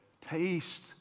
Taste